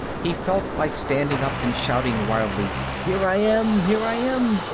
he felt like standing up and shouting wildly, here i am! here i am!